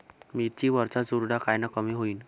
मिरची वरचा चुरडा कायनं कमी होईन?